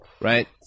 right